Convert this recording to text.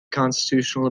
constitutional